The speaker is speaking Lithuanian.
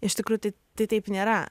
iš tikrųjų tai tai taip nėra